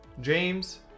James